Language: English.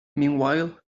meanwhile